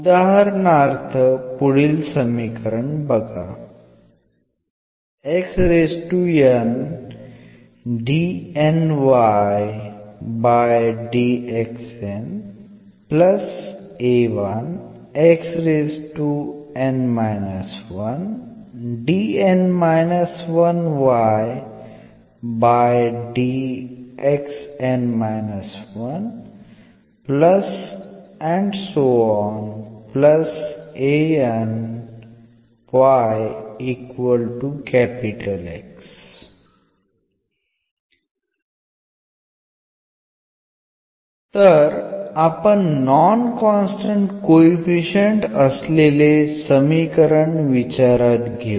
उदाहरणार्थ पुढील समीकरण बघा तर आपण नॉन कॉन्स्टन्ट कोइफिशिअंट असलेले समीकरण विचारात घेऊ